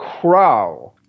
Crow